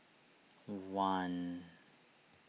one